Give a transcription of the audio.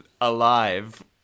alive